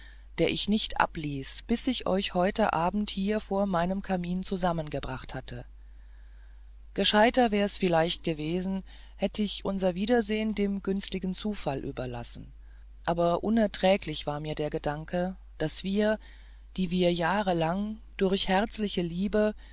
der ich nicht abließ bis ich euch heute abend hier vor meinem kamin zusammengebracht hatte gescheiter wäre es vielleicht gewesen hätt ich unser wiedersehn dem günstigen zufall überlassen aber unerträglich war mir der gedanke daß wir die wir jahrelang durch herzliche liebe